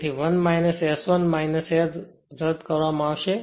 તેથી 1 S 1 S રદ કરવામાં આવશે